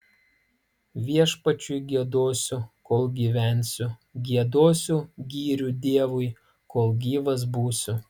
viešpačiui giedosiu kol gyvensiu giedosiu gyrių dievui kol gyvas būsiu